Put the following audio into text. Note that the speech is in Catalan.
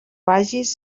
vages